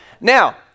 Now